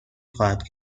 خواهد